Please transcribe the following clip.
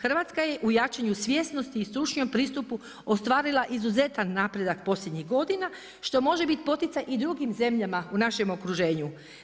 Hrvatska je u jačanju svjesnosti i stručnom pristupu ostvarila izuzetan napredak posljednjih godina što može biti poticaj i drugim zemljama u našem okruženju.